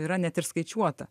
yra net ir skaičiuota